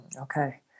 Okay